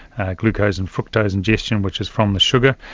glucose and fructose ingestion which is from the sugar.